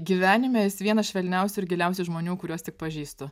gyvenime jis vienas švelniausių ir giliausių žmonių kuriuos tik pažįstu